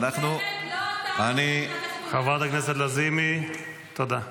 באמת, לא אתה --- חברת הכנסת לזימי, תודה.